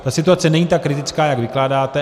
Ta situace není tak kritická jak vykládáte.